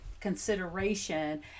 consideration